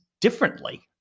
differently